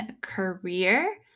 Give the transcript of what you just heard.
Career